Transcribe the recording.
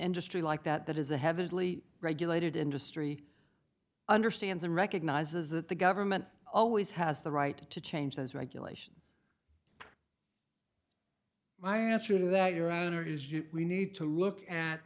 industry like that that is a heavily regulated industry understands and recognizes that the government always has the right to change those regulations my answer to that you know we need to look at